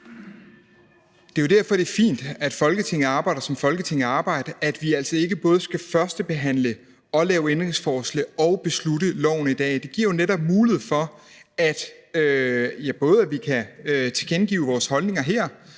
Det er jo derfor, det er fint, at Folketinget arbejder, som Folketinget arbejder, altså at vi ikke både skal førstebehandle og behandle ændringsforslag og vedtage lovforslaget i dag. Det giver jo netop mulighed for, at vi kan tilkendegive vores holdninger her